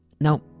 now